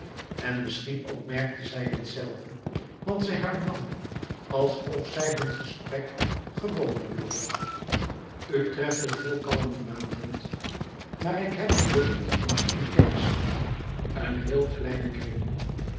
en misschien ook merkte zij dit zelve want zij hernam nu alsof zij hun gesprek gewoner wilde u treft het heel kalm van avond maar ik heb alleen intieme kennissen een heel kleinen kring